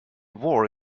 war